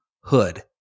Hood